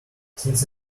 since